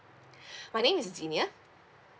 my name is jenia